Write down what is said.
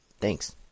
Thanks